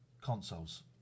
consoles